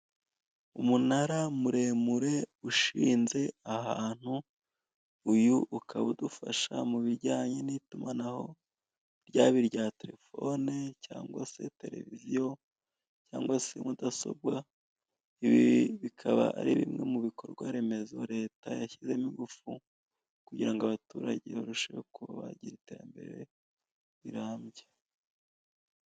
Umunara muremure ushinze ahantu uyu ukaba udufasha mu bijyanye n'itumanaho ryaba irya terefone, cyangwa se televiziyo cyangwa se mudasobwa. Ibi bikaba ari bimwe mu bikorwaremezo leta yashyizemo ingufu kugira ngo abaturage barusheho kuba bagira iterambere rirambye.